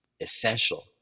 essential